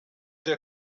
der